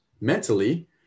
mentally